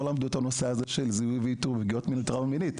למדו את הנושא הזה של זיהוי ואיתור פגיעות עם טראומה מינית.